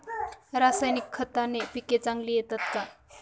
रासायनिक खताने पिके चांगली येतात का?